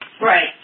Right